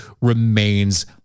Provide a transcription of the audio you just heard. remains